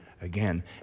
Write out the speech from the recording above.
Again